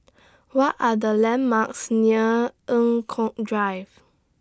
What Are The landmarks near Eng Kong Drive